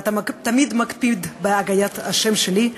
אתה תמיד מקפיד בהגיית השם שלי,